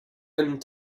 and